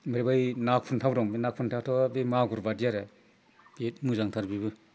ओमफ्राय बै ना खुन्थाव दं बे ना खुन्थावाथ' बे मागुर बादि आरो बे मोजांथार बेबो